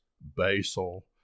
basil